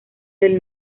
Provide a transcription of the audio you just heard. del